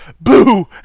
boo